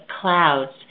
clouds